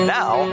now